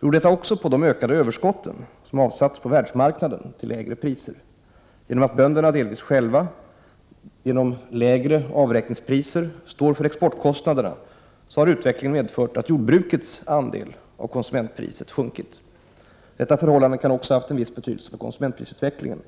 beror detta också på de ökade överskotten som avsatts på världsmarknaden till lägre priser. Genom att bönderna delvis själva, genom lägre avräkningspriser, står för exportkostnaderna, har utvecklingen medfört att jordbrukets andel av konsumentpriset sjunkit. Detta förhållande kan också ha haft viss betydelse för konsumentprisutvecklingen.